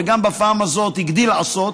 ובפעם הזאת גם הגדיל עשות,